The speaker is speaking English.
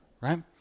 right